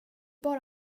bara